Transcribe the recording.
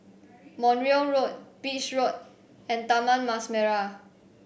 Montreal Road Beach View and Taman Mas Merah